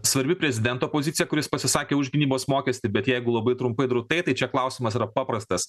svarbi prezidento pozicija kuris pasisakė už gynybos mokestį bet jeigu labai trumpai drūtai tai čia klausimas yra paprastas